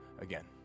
again